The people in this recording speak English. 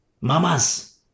Mamas